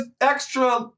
extra